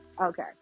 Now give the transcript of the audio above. Okay